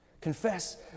Confess